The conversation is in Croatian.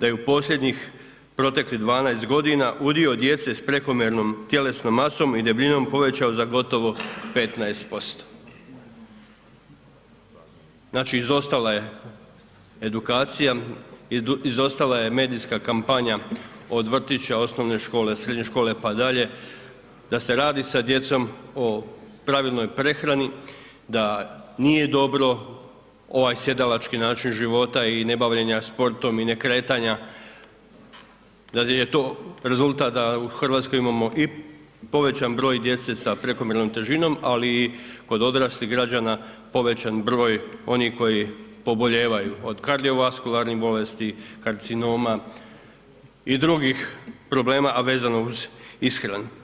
da je u posljednjih proteklih 12.g. udio djece s prekomjernom tjelesnom masom i debljinom povećao za gotovo 15%, znači izostala je edukacija, izostala je medijska kampanja od vrtića, osnovne škole, srednje škole, pa dalje, da se radi sa djecom o pravilnoj prehrani da nije dobro ovaj sjedalački način života i ne bavljenja sportom i ne kretanja, da je to rezultat da u Hrvatskoj imamo i povećan broj djece sa prekomjernom težinom ali i kod odraslih građana, povećan broj onih koji pobolijevaju od kardiovaskularnih bolesti, karcinoma i drugih problema a vezano uz ishranu.